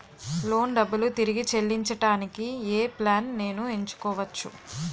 Loan డబ్బులు తిరిగి చెల్లించటానికి ఏ ప్లాన్ నేను ఎంచుకోవచ్చు?